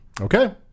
okay